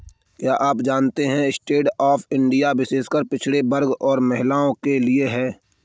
क्या आप जानते है स्टैंडअप इंडिया विशेषकर पिछड़े वर्ग और महिलाओं के लिए है?